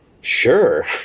sure